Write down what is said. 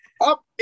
up